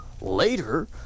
Later